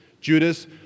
Judas